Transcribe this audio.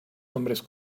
hombres